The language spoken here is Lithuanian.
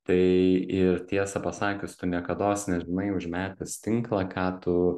tai ir tiesą pasakius tu niekados nežinai užmetęs tinklą ką tu